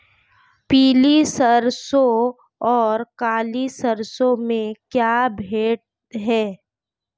पीली सरसों और काली सरसों में कोई भेद है?